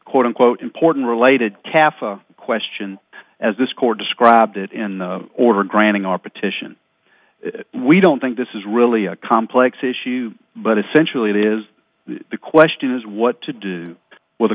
quote unquote important related taffy question as this court described it in order granting our petition we don't think this is really a complex issue but essentially it is the question is what to do with the